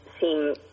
seem